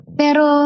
pero